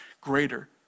greater